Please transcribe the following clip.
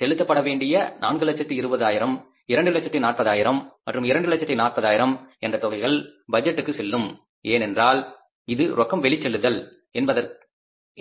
செலுத்தப்பட வேண்டிய 4 லட்சத்து 20 ஆயிரம் 2 லட்சத்து 40 ஆயிரம் மற்றும் 2 லட்சத்து 40 ஆயிரம் என்ற தொகைகள் பட்ஜெட்டுக்கு செல்லும் ஏனென்றால் இது ரொக்கம் வெளிச்செல்லுதல்